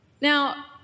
Now